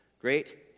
Great